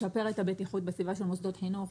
לשפר את הבטיחות בסביבה של מוסדות חינוך.